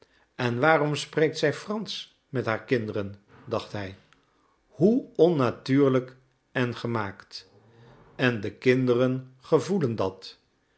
en waarom spreekt zij fransch met haar kinderen dacht hij hoe onnatuurlijk en gemaakt en de kinderen gevoelen dat